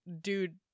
dude